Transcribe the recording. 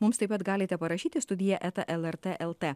mums taip pat galite parašyti studija eta lrt lt